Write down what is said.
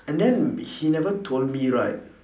and then he never told me right